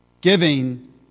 giving